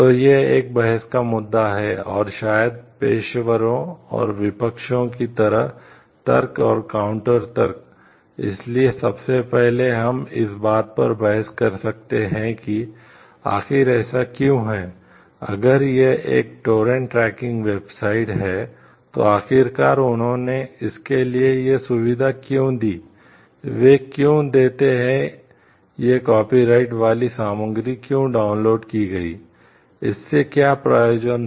तो यह एक बहस का मुद्दा है और शायद पेशेवरों और विपक्षों की तरह तर्क और काउंटर की गई इससे क्या प्रयोजन था